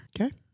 Okay